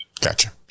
Gotcha